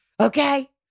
okay